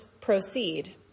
proceed